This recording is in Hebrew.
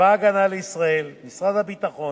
צבא-הגנה לישראל, משרד הביטחון,